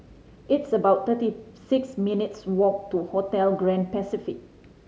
it's about thirty six minutes' walk to Hotel Grand Pacific